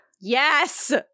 Yes